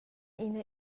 ina